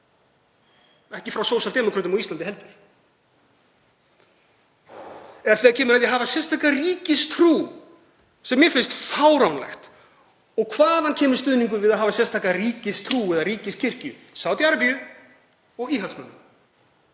ekki frá sósíaldemókrötum á Íslandi heldur. Eða þegar kemur að því að hafa sérstaka ríkistrú, sem mér finnst fáránlegt, og hvaðan kemur stuðningur við að hafa sérstaka ríkistrú eða ríkiskirkju? Sádi-Arabíu og frá íhaldsmönnum,